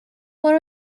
برو